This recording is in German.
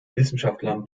wissenschaftlern